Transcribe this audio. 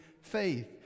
faith